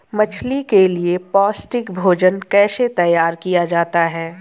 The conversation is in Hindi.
मछली के लिए पौष्टिक भोजन कैसे तैयार किया जाता है?